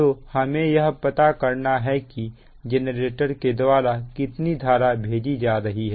तो हमें यह पता करना है कि जेनरेटर के द्वारा कितनी धारा भेजी जा रही है